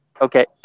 Okay